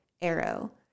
Arrow